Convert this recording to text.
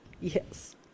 Yes